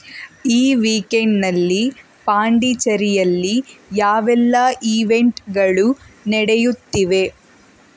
ಈ ವೀಕೆಂಡ್ನಲ್ಲಿ ಪಾಂಡಿಚೇರಿಯಲ್ಲಿ ಯಾವೆಲ್ಲ ಈವೆಂಟ್ಗಳು ನಡೆಯುತ್ತಿವೆ